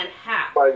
half